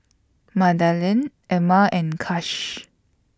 Madalynn Ilma and Kash